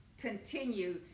continue